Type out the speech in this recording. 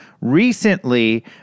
recently